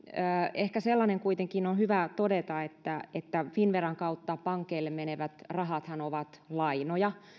ehkä sellainen kuitenkin on hyvä todeta että että finnveran kautta pankeille menevät rahathan ovat lainoja